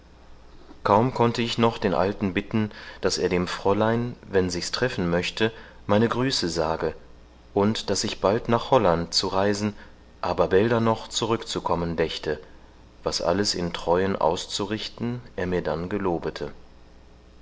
kaum konnte ich noch den alten bitten daß er dem fräulein wenn sich's treffen möchte meine grüße sage und daß ich bald nach holland zu reisen aber bälder noch zurückzukommen dächte was alles in treuen auszurichten er mir dann gelobete